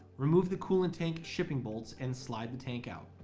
remove the coolant tank, shipping bolts, and slide the tank out.